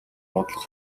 бодлого